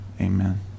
amen